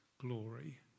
glory